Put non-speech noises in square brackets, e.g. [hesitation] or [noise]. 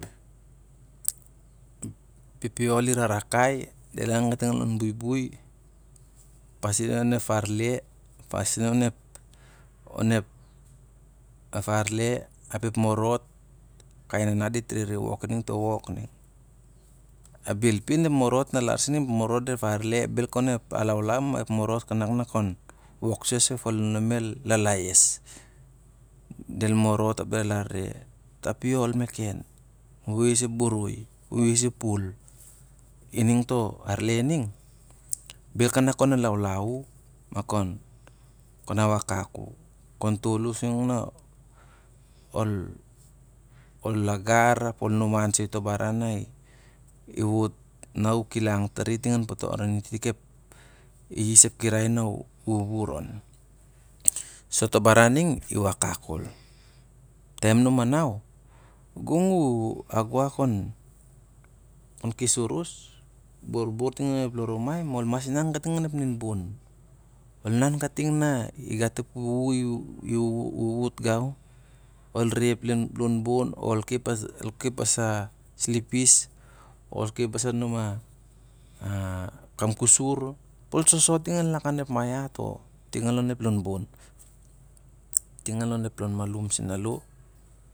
Ep pipiol i rarakai, del an kating lon baibai ep pasen oxo arle, ep pasia onep. Onep arle apep mord, kai nanat dit re wok ining to wok. Ap bel pe na ep morot ma lar sa ep morot, ep arle laulau ma ep mard kai woki, sa sar kanak ef falinom el lalaes. Del mard ap del arle, tapiol meken, u yes ep boroi u yes ep pal, iaing to arle niang bel kanak kai alaulau u, makan a wakak ukon tol u su ning na ol langar ap ol naman soi to baran na i wot, oxo u kilang tari ting an potor i is ep kirai na u wuwur on. So to baran ning i wakak kal. Taiai na u manau, gong u a gua kon kes urus, barbar ting onep lon rumai, ma ol mas inan kating onep nen bun, ol kating na igat ep wuwu na i wuwut gau, ol re ep lon bun, ol kepas a selfis, ol kepas ancana [hesitation] kam kasut, soso ting lakan ep maiat o tig an lon ep lon bun, ting an lon ep lon mahum sen alo.